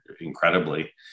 incredibly